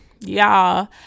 Y'all